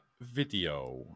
video